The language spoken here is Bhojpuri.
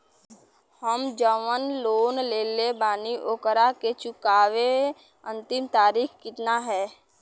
हम जवन लोन लेले बानी ओकरा के चुकावे अंतिम तारीख कितना हैं?